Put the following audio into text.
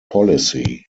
policy